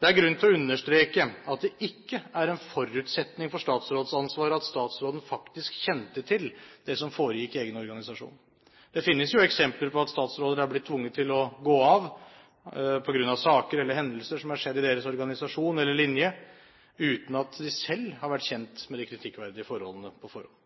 Det er grunn til å understreke at det ikke er en forutsetning for statsrådsansvaret at statsråden faktisk kjente til det som foregikk i egen organisasjon. Det finnes jo eksempler på at statsråder har blitt tvunget til å gå av på grunn av saker eller hendelser som har skjedd i deres organisasjoner eller linje, uten at de selv har vært kjent med de kritikkverdige forholdene på forhånd.